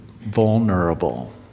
vulnerable